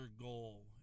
goal